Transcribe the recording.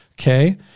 Okay